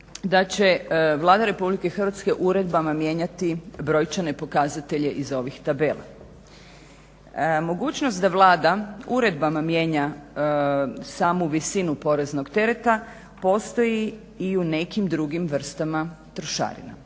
da će Vlada RH uredbama mijenjati brojčane pokazatelje iz ovih tabela. Mogućnost da Vlada uredbama mijenja samu visinu poreznog tereta postoji i u nekim drugim vrstama trošarina.